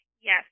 Yes